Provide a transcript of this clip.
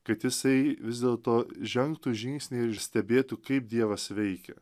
kad jisai vis dėlto žengtų žingsnį ir stebėtų kaip dievas veikia